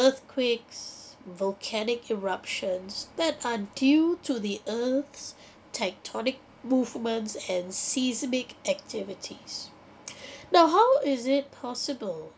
earthquakes volcanic eruptions that are due to the earth's tectonic movements and seismic activities now how is it possible